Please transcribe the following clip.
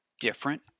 different